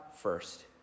first